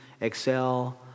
excel